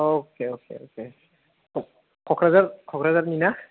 अके अके अके क'कराझारनि ना